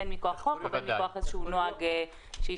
בין מכוח חוק ובין מכוח איזשהו נוהג שהשתרש